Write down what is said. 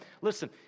Listen